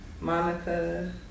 Monica